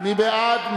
מי בעד?